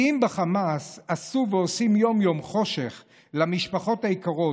כי אם בחמאס עשו ועושים יום-יום חושך למשפחות היקרות,